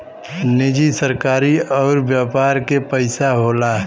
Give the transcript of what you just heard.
निजी सरकारी अउर व्यापार के पइसा होला